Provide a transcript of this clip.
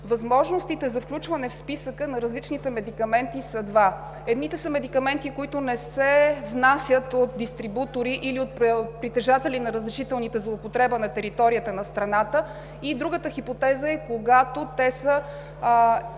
Възможностите за включване в списъка на различните медикаменти са два. Едните са медикаменти, които не се внасят от дистрибутори или от притежатели на разрешителните за употреба на територията на страната. Другата хипотеза е, когато те са